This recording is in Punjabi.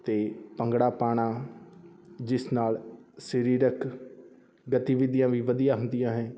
ਅਤੇ ਭੰਗੜਾ ਪਾਉਣਾ ਜਿਸ ਨਾਲ ਸਰੀਰਕ ਗਤੀਵਿਧੀਆਂ ਵੀ ਵਧੀਆ ਹੁੰਦੀਆਂ ਹੈ